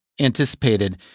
anticipated